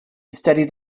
studied